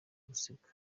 busibwa